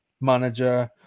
manager